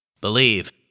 Believe